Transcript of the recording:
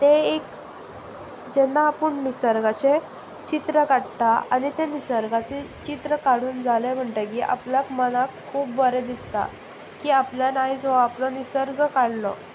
तें एक जेन्ना आपूण निसर्गाचें चित्र काडटा आनी तें निसर्गाचें चित्र काडून जालें म्हणटगीर आपल्याक मनाक खूब बरें दिसता की आपल्यान आयज हो आपलो निसर्ग काडलो